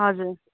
हजुर